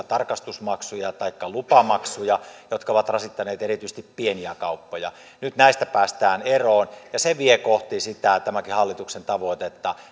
tarkastusmaksuja taikka lupamaksuja jotka ovat rasittaneet erityisesti pieniä kauppoja nyt näistä päästään eroon ja se vie kohti tämänkin hallituksen tavoitetta